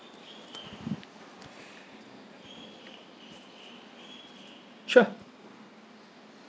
sure